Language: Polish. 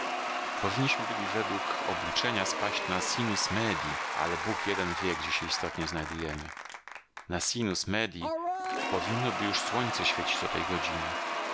powinniśmy byli według obliczenia spaść na sinus medii ale bóg jeden wie gdzie się istotnie znajdujemy na sinus medii powinno by już słońce świecić o tej godzinie